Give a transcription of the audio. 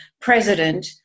president